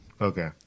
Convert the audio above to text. Okay